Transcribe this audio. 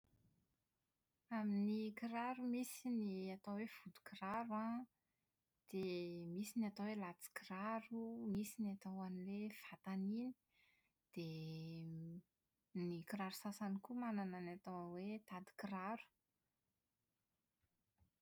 Amin'ny kiraro misy ny atao hoe vodikiraro an, dia misy ny atao hoe latsikiraro, misy ny atao an'ilay vatany iny, dia ny kiraro sasany koa manana ny atao hoe tadinkiraro.